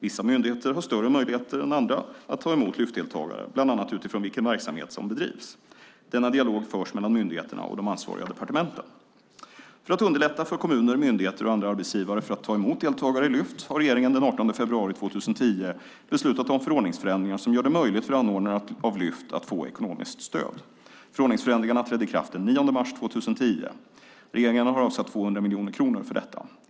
Vissa myndigheter har större möjligheter än andra att ta emot Lyftdeltagare bland annat utifrån vilken verksamhet som bedrivs. Denna dialog förs mellan myndigheterna och de ansvariga departementen. För att underlätta för kommuner, myndigheter och andra arbetsgivare att ta emot deltagare i Lyft har regeringen den 18 februari 2010 beslutat om förordningsändringar som gör det möjligt för anordnare av Lyft att få ekonomiskt stöd. Förordningsändringarna trädde i kraft den 9 mars 2010. Regeringen har avsatt 200 miljoner kronor för detta.